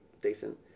decent